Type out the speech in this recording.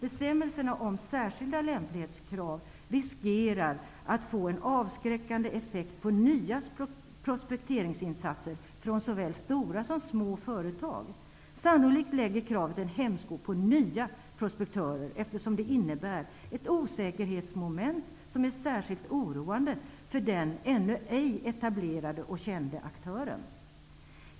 Bestämmelserna om särskilda lämplighetskrav riskerar att få en avskräckande effekt på nya prospekteringsinsatser från såväl stora som små företag. Sannolikt lägger kravet en hämsko på nya prospektörer, eftersom det innebär ett osäkerhetsmoment som är särskilt oroande för den ännu ej etablerade och kände aktören.